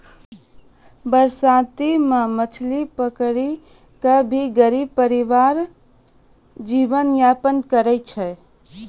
बरसाती मॅ मछली पकड़ी कॅ भी गरीब परिवार जीवन यापन करै छै